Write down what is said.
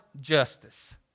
justice